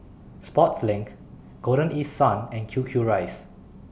Sportslink Golden East Sun and Q Q Rice